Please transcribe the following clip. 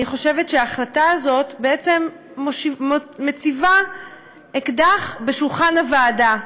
אני חושבת שההחלטה הזאת בעצם מציבה אקדח בשולחן הוועדה,